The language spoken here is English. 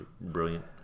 brilliant